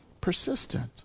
persistent